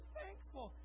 thankful